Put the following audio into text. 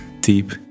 deep